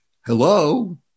hello